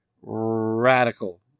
radical